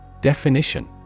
Definition